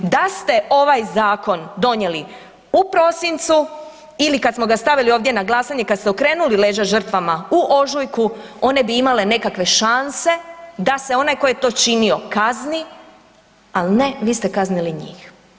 Da ste ovaj zakon donijeli u prosincu ili kad smo ga stavili ovdje na glasanje kad ste okrenuli leđa žrtvama u ožujku, one bi imale nekakve šanse da se onaj koji je to činio kazni, ali ne, vi ste kaznili njih.